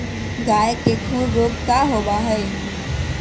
गाय के खुर रोग का होबा हई?